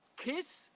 KISS